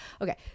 okay